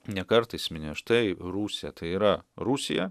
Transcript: ne kartą jis mini štai rusija tai yra rusija